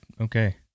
okay